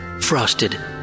frosted